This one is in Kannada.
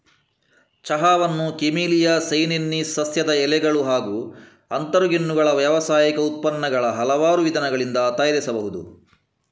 ಚಹಾವನ್ನು ಕೆಮೆಲಿಯಾ ಸೈನೆನ್ಸಿಸ್ ಸಸ್ಯದ ಎಲೆಗಳು ಹಾಗೂ ಅಂತರಗೆಣ್ಣುಗಳ ವ್ಯಾವಸಾಯಿಕ ಉತ್ಪನ್ನಗಳ ಹಲವಾರು ವಿಧಾನಗಳಿಂದ ತಯಾರಿಸಬಹುದು